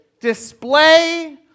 display